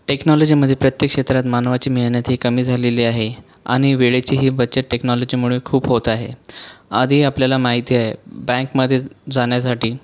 टेक्नॉलॉजीमध्ये प्रत्येक क्षेत्रात मानवाची मेहनत ही कमी झालेली आहे आणि वेळेचीही बचत टेक्नॉलॉजीमुळे खूप होत आहे आधी आपल्याला माहिती आहे बँकमध्ये जाण्यासाठी